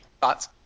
Thoughts